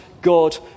God